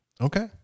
Okay